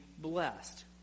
blessed